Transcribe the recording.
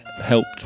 helped